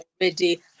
already